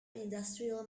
industrial